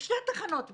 יש שתי תחנות בכרמיאל.